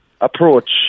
approach